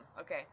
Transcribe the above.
okay